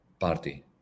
party